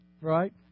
Right